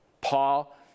Paul